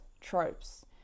tropes